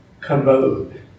commode